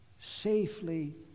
safely